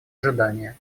ожидания